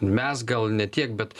mes gal ne tiek bet